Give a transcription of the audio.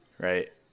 Right